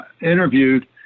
interviewed